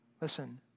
Listen